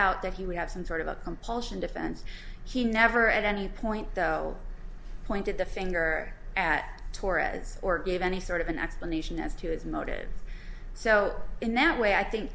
out that he would have some sort of a compulsion defense he never at any point though pointed the finger at torres or gave any sort of an explanation as to his motives so in that way i think